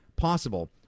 possible